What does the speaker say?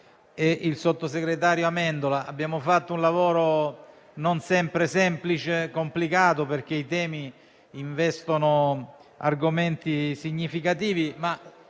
e il sottosegretario Amendola. Abbiamo fatto un lavoro non sempre semplice, anzi complicato, perché i temi investono argomenti significativi, ma